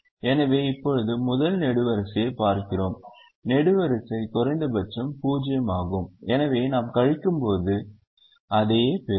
எனவே இப்போது முதல் நெடுவரிசையைப் பார்க்கிறோம் நெடுவரிசை குறைந்தபட்சம் 0 ஆகும் எனவே நாம் கழிக்கும்போது அதையே பெறுவோம்